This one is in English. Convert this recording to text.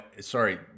sorry